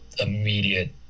immediate